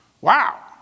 Wow